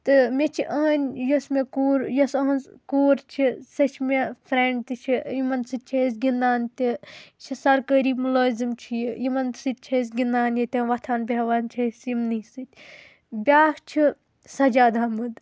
تہٕ مےٚ چھِ إہنٛدۍ یُس مےٚ کوٗر یۄس إہنٛز کوٗر چھِ سَہ چھِ مےٚ فرٮ۪نٛڈ تہِ چھِ یِمن سۭتۍ چھِ أسۍ گِنٛدان تہِ یہِ چھِ سرکٲری ملٲزِم چھِ یہِ یِمن سۭتۍ چھِ أسۍ گِنٛدان ییٚتٮ۪ن وۄتھان بہون چھِ أسۍ یِمنٕے سۭتۍ بیٛاکھ چھِ سَجاد احمد